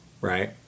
right